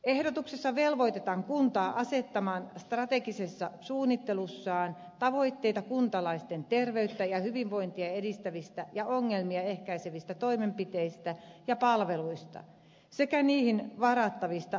ehdotuksessa velvoitetaan kuntaa asettamaan strategisessa suunnittelussaan tavoitteita kuntalaisten terveyttä ja hyvinvointia edistävistä ja ongelmia ehkäisevistä toimenpiteistä ja palveluista sekä niihin varattavista voimavaroista